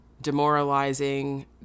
demoralizing